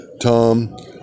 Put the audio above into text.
Tom